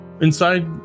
inside